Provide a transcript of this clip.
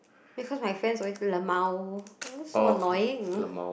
because my friends always lmao ugh so annoying